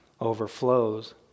overflows